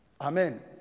Amen